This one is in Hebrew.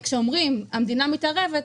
כשאומרים שהמדינה מתערבת,